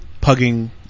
pugging